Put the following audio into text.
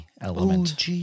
element